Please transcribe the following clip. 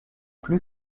plus